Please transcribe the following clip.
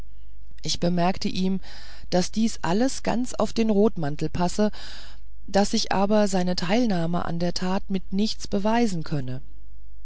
ich bemerkte ihm daß dies alles ganz auf den rotmantel passe daß ich aber seine teilnahme an der tat mit nichts beweisen könne